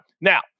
Now